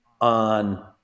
on